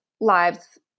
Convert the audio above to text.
lives